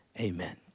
Amen